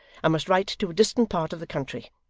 i must write to a distant part of the country.